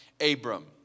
Abram